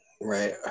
Right